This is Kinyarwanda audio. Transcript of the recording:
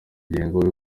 ngingo